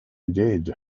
did